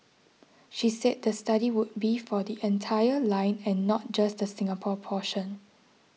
she said the study would be for the entire line and not just the Singapore portion